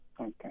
Okay